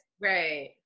Right